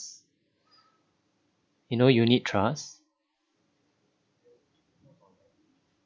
you know unit trust